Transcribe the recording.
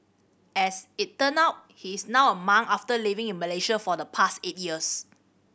as it turn out he is now a monk after living in Malaysia for the past eight years